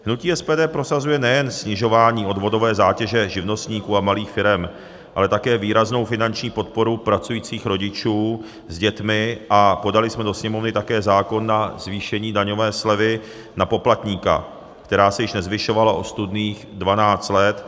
Hnutí SPD prosazuje nejen snižování odvodové zátěže živnostníků a malých firem, ale také výraznou finanční podporu pracujících rodičů s dětmi a podali jsme do Sněmovny také zákon na zvýšení daňové slevy na poplatníka, která se již nezvyšovala ostudných 12 let.